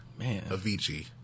Avicii